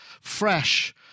fresh